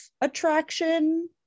attraction